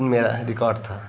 मेरा रिकॉर्ड था